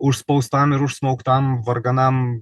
užspaustam ir užsmaugtam varganam